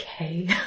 okay